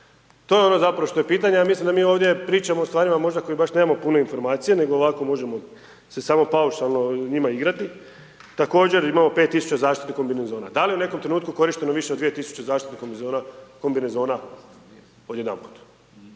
To je ono zapravo, što je pitanje, a mislim da mi ovdje pričamo o stvarima možda o kojima baš nemamo puno informacija nego ovako možemo se samo paušalno njima igrati. Također, imamo 5 tisuća zaštitnih kombinezona. Da li u nekom trenutku korišteno više od 2 tisuće zaštitnih kombinezona odjedanput?